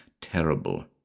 terrible